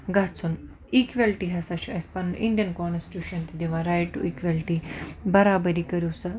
گَژھُن اِکویلٹی ہَسا چھُ اَسہِ پَنُن اِنڈین کانسٹیٚوشَن تہِ دِوان رایٹ ٹُو اِیکویٚلٹی بَرابری کٔرِو سا